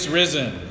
risen